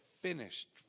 finished